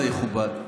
זה יכובד.